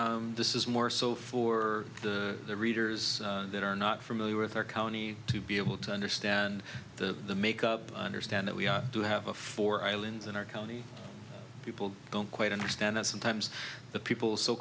here this is more so for the readers that are not familiar with our county to be able to understand the make up understand that we do have a four islands in our county people don't quite understand that sometimes the people so